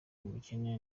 umukene